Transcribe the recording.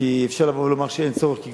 כי אפשר לבוא ולומר שאין צורך,